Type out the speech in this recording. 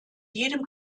jedem